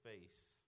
face